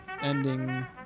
ending